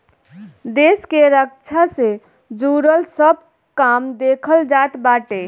देस के रक्षा से जुड़ल सब काम देखल जात बाटे